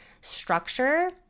structure